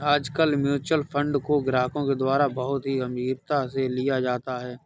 आजकल mutual fund को ग्राहकों के द्वारा बहुत ही गम्भीरता से लिया जाता है